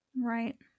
Right